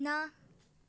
ਨਾ